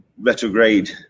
Retrograde